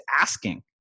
asking